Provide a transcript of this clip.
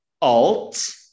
Alt